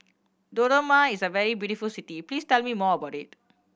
Dodoma is a very beautiful city please tell me more about it